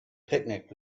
picnic